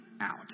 out